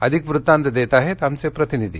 अधिक वृत्तांत देत आहेत आमचे प्रतिनिधी